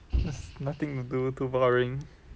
nothing to do too boring